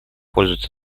пользуется